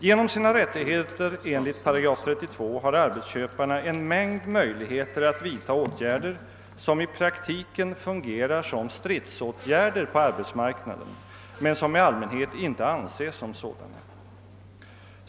Genom sina rättigheter enligt 8 32 har arbetsköparna en mängd möjligheter att vidta åtgärder, som i praktiken fungerar som stridsåtgärder på <arbetsmarknaden men som i allmänhet inte betraktas som sådana.